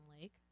lake